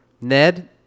Ned